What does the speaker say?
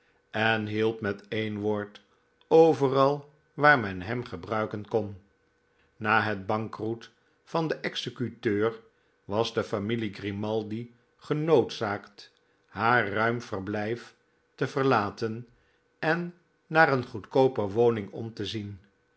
en hielp met een woord overal waar men hem gebruiken kon na het bankroet van den executeur was de familie grimaldi genoodzaakt haar ruim verblijf te verlaten en naar een goedkooper woning om te zien